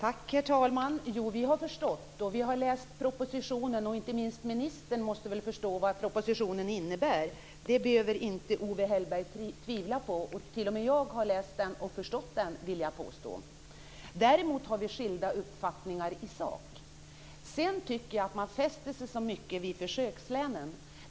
Herr talman! Jo, vi har förstått, och vi har läst propositionen. Inte minst ministern måste väl förstå vad propositionen innebär! Det behöver inte Owe Hellberg tvivla på. T.o.m. jag har läst den - och förstått den, vill jag påstå. Däremot har vi skilda uppfattningar i sak. Sedan tycker jag att man fäster sig så mycket vid försökslänen.